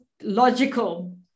logical